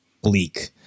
bleak